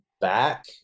back